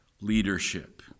leadership